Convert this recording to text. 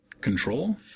control